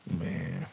Man